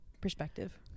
perspective